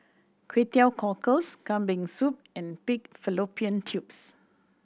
Kway Teow Cockles Kambing Soup and pig fallopian tubes